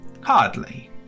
Hardly